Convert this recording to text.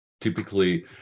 typically